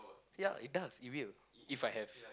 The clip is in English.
yeah it does it will If I have